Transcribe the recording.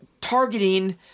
targeting